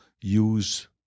use